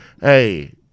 hey